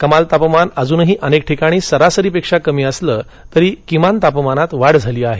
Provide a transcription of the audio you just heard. कमाल तापमान अजुनही अनेक ठिकाणी सरासरी पेक्षा कमी असलं तरी किमान तापमानात वाढ झाली आहे